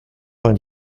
vingt